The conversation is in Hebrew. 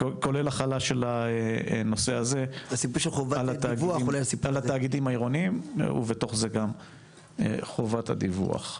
כולל החלה של הנושא הזה על התאגידים העירוניים ובתוך זה גם חובת הדיווח.